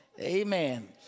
amen